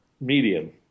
medium